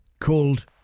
called